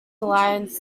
alliance